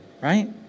Right